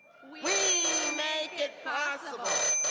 we make it possible.